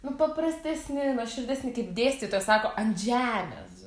nu paprastesni nuoširdesni kaip dėstytojas sako ant žemės